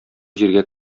җиргә